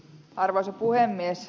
arvoisa puhemies